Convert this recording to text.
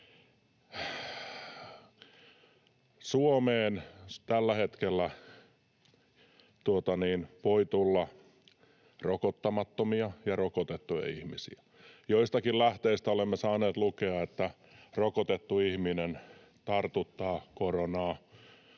Suomeen voi tällä hetkellä tulla rokottamattomia ja rokotettuja ihmisiä. Joistakin lähteistä olemme saaneet lukea, että rokotettu ihminen tartuttaa koronaa